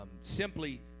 simply